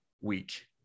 week